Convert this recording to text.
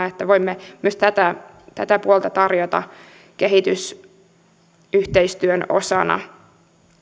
että voimme myös tätä tätä puolta tarjota kehitysyhteistyön osana